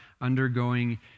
undergoing